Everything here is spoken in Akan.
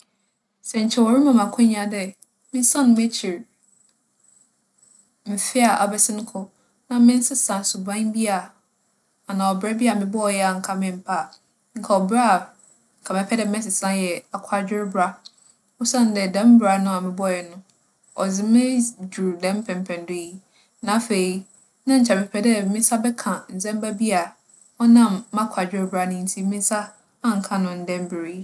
Sɛ nkyɛ wͻrema me akwannya dɛ mensan m'ekyir mfe a abɛsen kͻ na mensesa suban bi a anaa ͻbra bi a mobͻe a nka memmpɛ a, nka ͻbra a mɛpɛ dɛ mɛsesa yɛ akwadwer bra. Osiandɛ dɛm bra no a mobͻe no, ͻdze me edz -dur dɛm mpɛmpɛndo yi. Na afei, na nkyɛ mepɛ dɛ me nsa bɛka ndzɛmba bi a ͻnam m'akwadwer bra no ntsi me nsa annka no ndɛ mber yi.